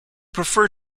prefer